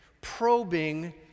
probing